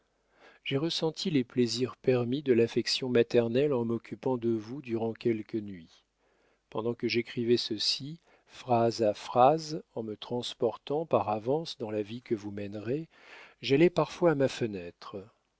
j'ai ressenti les plaisirs permis de l'affection maternelle en m'occupant de vous durant quelques nuits pendant que j'écrivais ceci phrase à phrase en me transportant par avance dans la vie que vous mènerez j'allais parfois à ma fenêtre